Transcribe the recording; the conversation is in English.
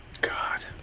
God